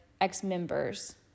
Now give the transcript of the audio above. ex-members